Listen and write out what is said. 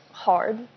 Hard